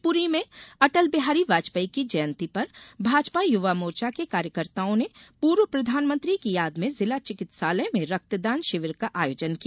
शिवपुरी में अटलबिहारी वाजपेयी की जयंती पर भाजपा युवा मोर्चा के कार्यकर्ताओं ने पूर्व प्रधानमंत्री की याद में जिला चिकित्सालय में रक्तदान शिविर का आयोजन किया